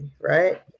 right